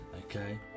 Okay